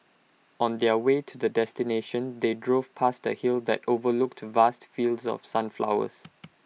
on their way to the destination they drove past A hill that overlooked vast fields of sunflowers